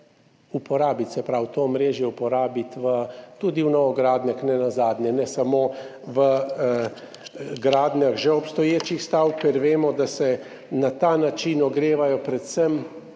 uporabiti, se pravi to omrežje uporabiti nenazadnje tudi v novogradnjah, ne samo v gradnjah že obstoječih stavb, ker vemo, da se na ta način ogrevajo predvsem